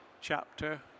chapter